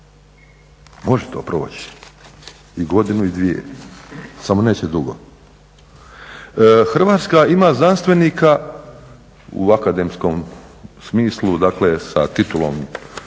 Može to proći i godinu i dvije, samo neće dugo. Hrvatska ima znanstvenika u akademskom smislu, dakle sa titulom